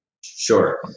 Sure